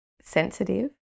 sensitive